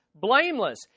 blameless